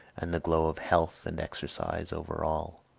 and the glow of health and exercise over all.